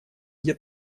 где